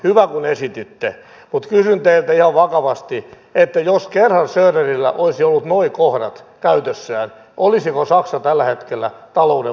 hyvä kun esititte mutta kysyn teiltä ihan vakavasti että jos kerran schröderillä olisi ollut nuo kohdat käytössään olisiko saksa tällä hetkellä talouden mallimaa